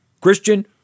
Christian